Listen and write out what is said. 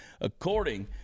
according